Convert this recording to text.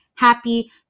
Happy